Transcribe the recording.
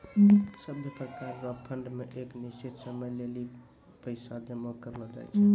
सभै प्रकार रो फंड मे एक निश्चित समय लेली पैसा जमा करलो जाय छै